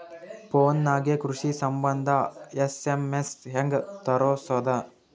Phone ನಾಗೆ ಕೃಷಿ ಸಂಬಂಧ ಎಸ್.ಎಮ್.ಎಸ್ ಹೆಂಗ ತರಸೊದ?